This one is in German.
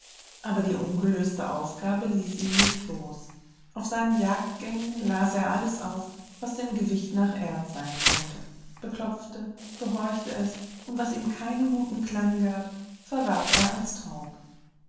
aber die ungelöste aufgabe ließ ihn nicht los auf seinen jagdgängen las er alles auf was dem gewicht nach erz sein konnte beklopfte behorchte es und was ihm keinen guten klang gab verwarf er als taub